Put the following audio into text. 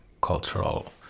cultural